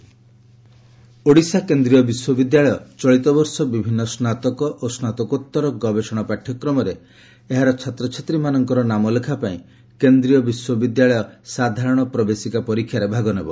central university Odisha Odisha କେନ୍ଦ୍ରୀୟ ବିଶ୍ୱବିଦ୍ୟାଳୟ ଚଳିତ ବର୍ଷ ବିଭିନ୍ନ ସ୍ନାତକ ଓ ସ୍ନାତକୋତ୍ତର ଗବେଷଣା ପାଠ୍ୟକ୍ରମରେ ଏହାର ଛାତ୍ରଛାତ୍ରୀମାନଙ୍କର ନାମ ଲେଖା ପାଇଁ କେନ୍ଦ୍ରୀୟ ବିଶ୍ୱବିଦ୍ୟାଳୟ ସାଧାରଣ ପ୍ରବେଶିକ ପରୀକ୍ଷାରେ ଭାଗ ନେବ